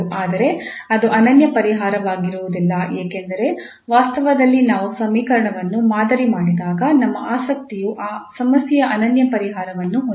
ಆದರೆ ಅದು ಅನನ್ಯ ಪರಿಹಾರವಾಗಿರುವುದಿಲ್ಲ ಏಕೆಂದರೆ ವಾಸ್ತವದಲ್ಲಿ ನಾವು ಸಮೀಕರಣವನ್ನು ಮಾದರಿ ಮಾಡಿದಾಗ ನಮ್ಮ ಆಸಕ್ತಿಯು ಆ ಸಮಸ್ಯೆಯ ಅನನ್ಯ ಪರಿಹಾರವನ್ನು ಹೊಂದುವುದು